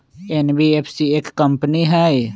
NBFC एक company हई?